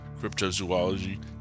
cryptozoology